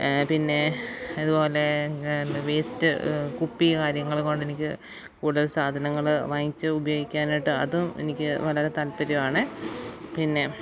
പിന്നെ അതുപോലെ വേസ്റ്റ് കുപ്പി കാര്യങ്ങൾ കൊണ്ടെനിക്ക് കൂടുതൽ സാധനങ്ങൾ വാങ്ങിച്ച് ഉപയോഗിക്കാനായിട്ട് അതും എനിക്കു വളരെ താത്പര്യമാണ് പിന്നെ